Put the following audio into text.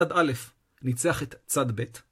צד א' ניצח את צד ב'.